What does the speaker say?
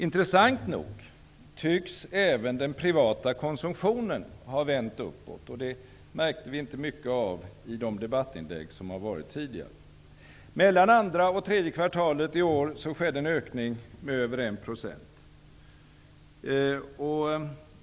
Intressant nog tycks även den privata konsumtionen ha vänt uppåt. Det märkte vi inte mycket av i de debattinlägg som har gjorts tidigare i dag. Mellan andra och tredje kvartalet i år skedde en ökning med över 1 %.